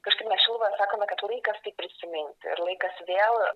kažkaip mes šiluvoje sakome kad laikas tai prisiminti ir laikas vėl